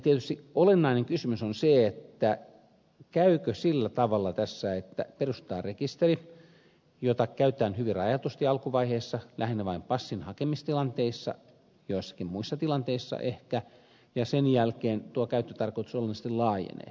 tietysti olennainen kysymys on se käykö sillä tavalla tässä että perustetaan rekisteri jota käytetään alkuvaiheessa hyvin rajatusti lähinnä vain passin hakemistilanteissa ja joissakin muissa tilanteissa ehkä ja sen jälkeen tuo käyttötarkoitus olennaisesti laajenee